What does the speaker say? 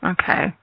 okay